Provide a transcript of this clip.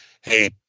hey